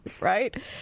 Right